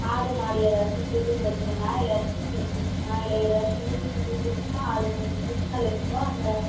ஆடு மாடு ஏதாச்சும் திருடு போச்சுன்னால் இல்லை தீ பச்சிச்சின்னால் இல்லை ஏதாச்சும் இடிஞ்சு விழுந்திருச்சுன்னால் அதுக்கு ஒரு ஸிக்னல் இருக்கும் அந்த